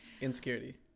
Insecurity